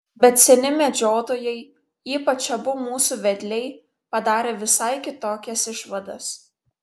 bet seni medžiotojai ypač abu mūsų vedliai padarė visai kitokias išvadas